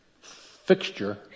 fixture